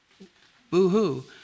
boo-hoo